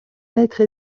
mètre